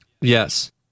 Yes